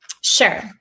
Sure